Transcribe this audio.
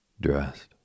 dressed